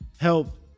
help